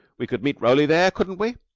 we could meet roly there, couldn't we?